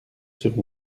sur